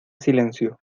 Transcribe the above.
silencio